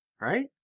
right